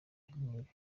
nk’iki